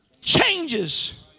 changes